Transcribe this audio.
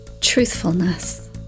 truthfulness